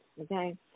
okay